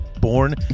Born